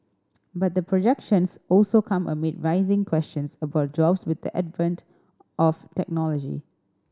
but the projections also come amid rising questions about jobs with the advent of technology